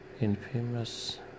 infamous